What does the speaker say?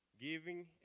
giving